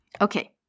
Okay